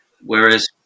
Whereas